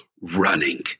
running